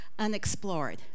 Unexplored